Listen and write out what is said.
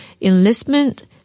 enlistment